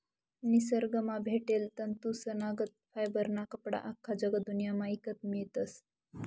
निसरगंमा भेटेल तंतूसनागत फायबरना कपडा आख्खा जगदुन्यामा ईकत मियतस